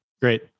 Great